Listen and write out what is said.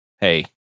hey